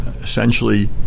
essentially